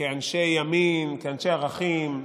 כאנשי ימין, כאנשי ערכים,